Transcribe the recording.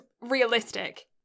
realistic